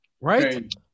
Right